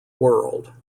world